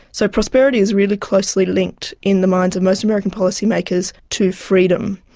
so prosperity is really closely linked in the minds of most american policymakers to freedom,